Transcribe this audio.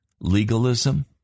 legalism